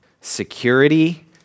security